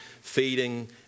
Feeding